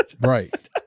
Right